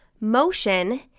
Motion